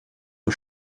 aux